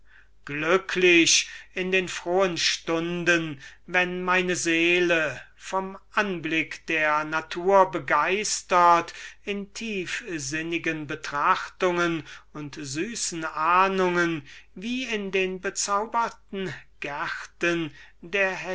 glücklich in den frohen stunden da meine seele vom anblick der natur begeistert in tiefsinnigen betrachtungen und süßen ahnungen wie in den bezauberten gärten der